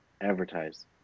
advertise